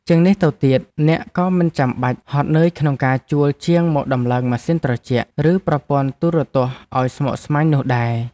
ជាងនេះទៅទៀតអ្នកក៏មិនចាំបាច់ហត់នឿយក្នុងការជួលជាងមកដំឡើងម៉ាស៊ីនត្រជាក់ ឬប្រព័ន្ធទូរទស្សន៍ឱ្យស្មុគស្មាញនោះដែរ។